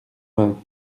vingt